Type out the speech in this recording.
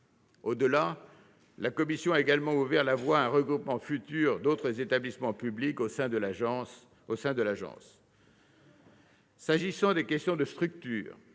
Au-delà, la commission a également ouvert la voie à un regroupement futur d'autres établissements publics au sein de l'agence. S'agissant des questions de structure,